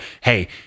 hey